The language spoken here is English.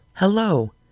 Hello